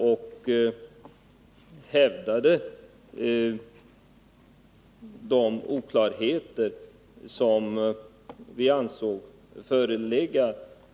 Vi underströk de oklarheter som vi ansåg föreligga.